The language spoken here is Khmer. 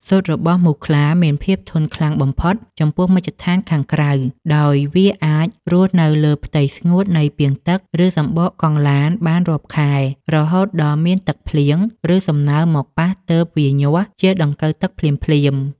ស៊ុតរបស់មូសខ្លាមានភាពធន់ខ្លាំងបំផុតចំពោះមជ្ឈដ្ឋានខាងក្រៅ ដោយវាអាចរស់នៅលើផ្ទៃស្ងួតនៃពាងទឹក ឬសំបកកង់ឡានបានរាប់ខែ រហូតដល់មានទឹកភ្លៀង ឬសំណើមមកប៉ះទើបវាញាស់ជាដង្កូវទឹកភ្លាមៗ។